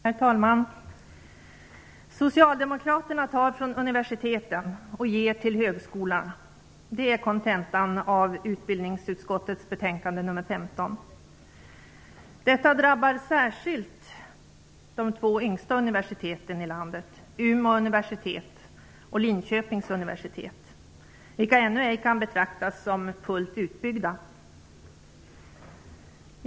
Herr talman! Socialdemokraterna tar från universiteten och ger till högskolorna. Det är kontentan av utbildningsutskottets betänkande nr 15. Detta drabbar särskilt de två yngsta universiteten i landet, Umeå universitet och Linköpings universitet, vilka ännu en kan betraktas som fullt utbyggda.